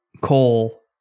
coal